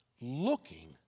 looking